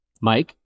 Mike